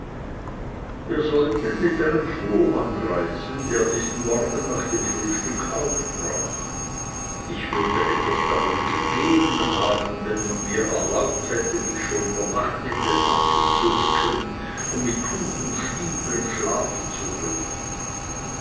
wir sollten mit einem fuhrmann reisen der diesen morgen nach dem frühstück aufbrach ich würde etwas darum gegeben haben wenn man mir erlaubt hätte mich schon über nacht in den mantel wickeln und mit hut und stiefeln schlafen zu dürfen